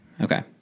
Okay